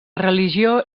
religió